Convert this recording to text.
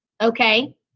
okay